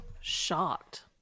shocked